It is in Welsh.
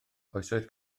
oesoedd